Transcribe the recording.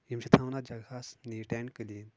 یِم چھِ تھاوان اَتھ جگہس نیٖٹ اینٛڈ کٔلیٖن